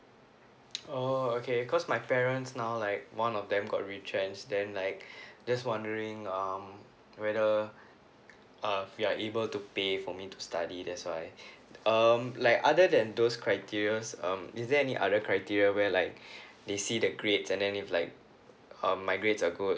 oh okay cause my parents now like one of them got retrench then like just wondering um whether uh we are able to pay for me to study that's why um like other than those criteria um is there any other criteria where like they see the grade and then if like um my grades are good